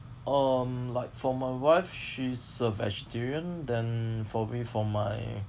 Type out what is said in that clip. um like for my wife she's a vegetarian then probably for my